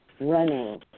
running